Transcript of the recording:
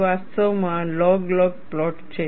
તે વાસ્તવમાં log log plot છે